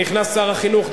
נכנס שר החינוך,